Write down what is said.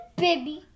baby